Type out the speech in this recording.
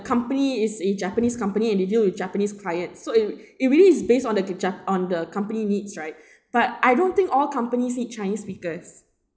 company is a japanese company and they deal with japanese client so it it really is based on the jap~ on the company needs right but I don't think all companies need chinese speakers